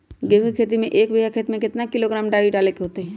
गेहूं के खेती में एक बीघा खेत में केतना किलोग्राम डाई डाले के होई?